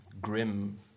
grim